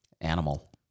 Animal